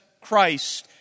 Christ